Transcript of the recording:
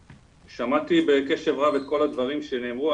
שמעתי בקשב רב את כל הדברים שנאמרו,